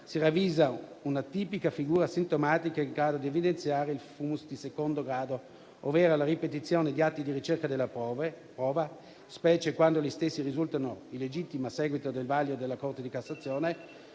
si ravvisa una tipica figura sintomatica in grado di evidenziare il *fumus* di secondo grado, ovvero la ripetizione di atti di ricerca della prova, specie quando gli stessi risultano illegittimi a seguito del vaglio della Corte di cassazione,